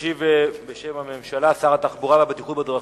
ישיב בשם הממשלה שר התחבורה והבטיחות בדרכים,